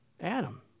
Adam